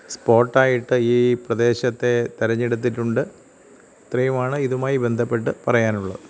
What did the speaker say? സ്പോട്ടായിട്ട് ഈ പ്രദേശത്തെ തെരഞ്ഞെടുത്തിട്ടുണ്ട് ഇത്രയുമാണ് ഇതുമായി ബന്ധപ്പെട്ട് പറയാനുള്ളത്